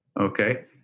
okay